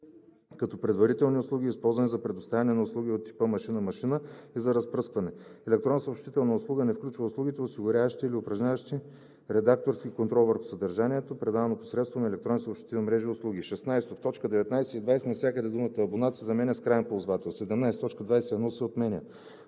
като предавателни услуги, използвани за предоставяне на услуги от типа машина-машина и за разпръскване. Електронната съобщителна услуга не включва услугите, осигуряващи или упражняващи редакторски контрол върху съдържанието, предавано посредством електронни съобщителни мрежи и услуги.“ 16. В т. 19 и 20 навсякъде думата „абонат“ се заменя с „краен ползвател“. 17. Точка 21 се отменя.